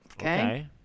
okay